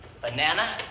Banana